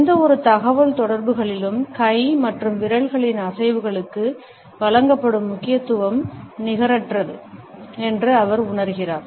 எந்தவொரு தகவல்தொடர்புகளிலும் கை மற்றும் விரல்களின் அசைவுகளுக்கு வழங்கப்படும் முக்கியத்துவம் நிகரற்றது என்று அவர் உணர்கிறார்